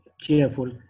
cheerful